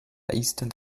eastern